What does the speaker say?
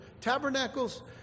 Tabernacles